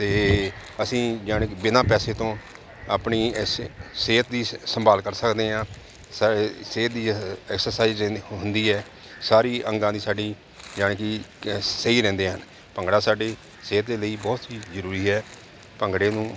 ਅਤੇ ਅਸੀਂ ਯਾਨੀ ਕਿ ਬਿਨਾਂ ਪੈਸੇ ਤੋਂ ਆਪਣੀ ਇਸ ਸਿਹਤ ਦੀ ਸ ਸੰਭਾਲ ਕਰ ਸਕਦੇ ਹਾਂ ਸ ਸਿਹਤ ਦੀ ਐਕਸਰਸਾਈਜ਼ ਇੰਨੀ ਹੁੰਦੀ ਹੈ ਸਾਰੀ ਅੰਗਾਂ ਦੀ ਸਾਡੀ ਯਾਨੀ ਕਿ ਸਹੀ ਰਹਿੰਦੇ ਹਨ ਭੰਗੜਾ ਸਾਡੀ ਸਿਹਤ ਦੇ ਲਈ ਬਹੁਤ ਹੀ ਜ਼ਰੂਰੀ ਹੈ ਭੰਗੜੇ ਨੂੰ